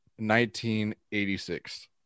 1986